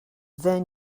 then